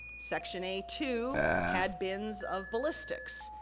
section a two had bins of ballistics,